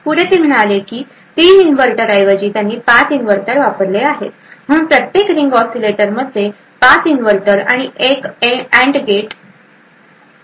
पुढे ते म्हणाले की 3 इनव्हर्टरऐवजी त्यांनी 5 इन्व्हर्टर वापरले आहेत म्हणून प्रत्येक रिंग ऑसीलेटरमध्ये 5 इनव्हर्टर आणि एक एन्ड गेट होता